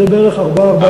זה בערך 4%,